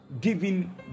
giving